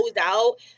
out